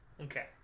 Okay